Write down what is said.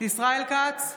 ישראל כץ,